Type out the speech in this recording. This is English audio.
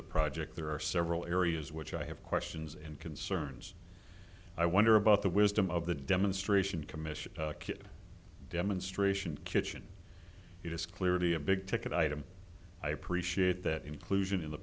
the project there are several areas which i have questions and concerns i wonder about the wisdom of the demonstration commission kit demonstration kitchen it is clearly a big ticket item i appreciate that inclusion in the